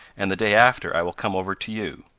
and the day after i will come over to you.